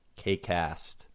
KCAST